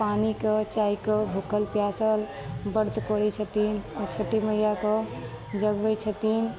पानिके चायके भुकल प्यासल व्रत करै छथिन आ छे मैयाके जगबै छथिन